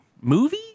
movie